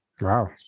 Wow